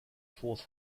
fourth